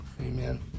Amen